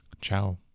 ciao